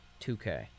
2K